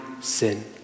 sin